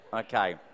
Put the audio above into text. Okay